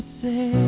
say